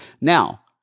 now